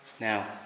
now